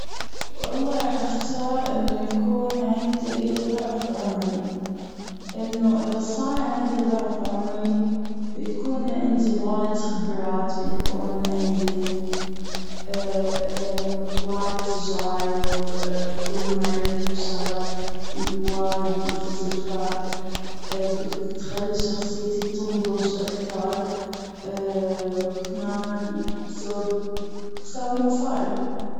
والله راح أختار أنه يكون عندي ضعف عمري أنه أذا صار عندي ضعف عمري بيكون عندي وايد خبرات بيكون عندي وايد تجارب بكون عملت شغلات وايد مختلفة بتخلي شخصيتي تنضج أكثر وكمان بسوي مصاري.